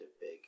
big